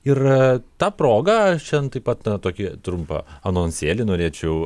ir ta proga aš čia nu taip pat na tokį trumpą anonsėlį norėčiau